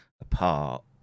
apart